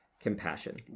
compassion